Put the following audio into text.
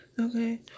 Okay